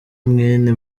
mwene